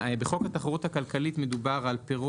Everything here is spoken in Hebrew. בחוק התחרות הכלכלית מדובר על פירות,